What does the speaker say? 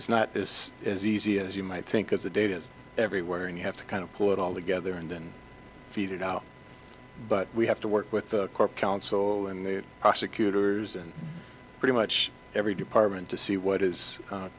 is not is as easy as you might think as the data is everywhere and you have to kind of pull it all together and then feed it out but we have to work with the corp counsel and the prosecutors and pretty much every department to see what is